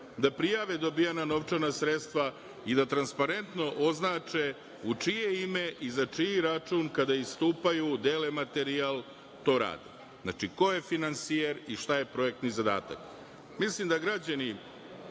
da prijave dobijena novčana sredstva i da transparentno označe u čije ime i za čiji račun kada istupaju, dele materijal, to rade. Znači, ko je finansijer i šta je projektni zadatak. Mislim da građani